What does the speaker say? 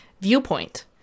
viewpoint